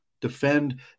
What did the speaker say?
Defend